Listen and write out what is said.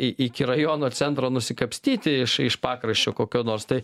i iki rajono centro nusikapstyti iš iš pakraščio kokio nors tai